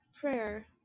prayer